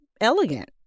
elegant